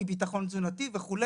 אי-ביטחון תזונתי וכו'.